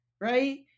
right